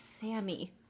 Sammy